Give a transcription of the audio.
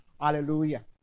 hallelujah